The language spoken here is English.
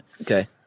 Okay